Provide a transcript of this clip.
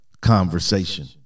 conversation